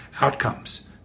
outcomes